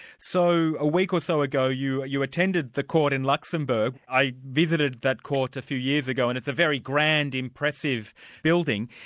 so a week or so ago you you attended the court in luxembourg i visited that court a few years ago and it's a very grand, impressive building.